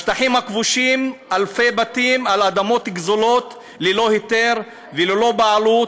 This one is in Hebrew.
בשטחים הכבושים אלפי בתים על אדמות גזולות ללא היתר וללא בעלות.